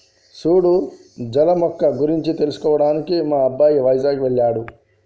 సూడు జల మొక్క గురించి తెలుసుకోవడానికి మా అబ్బాయి వైజాగ్ వెళ్ళాడు